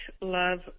love